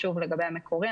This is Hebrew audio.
לגבי המקורי,